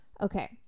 Okay